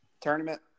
tournament